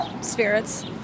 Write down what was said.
spirits